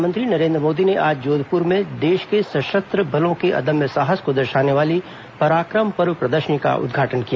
प्रधानमंत्री नरेन्द्र मोदी ने आज जोधप्र में देश के सशस्त्र बलों के अदम्य साहस को दर्शाने वाली पराक्रम पर्व प्रदर्शनी का उदघाटन किया